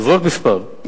זרוק מספר.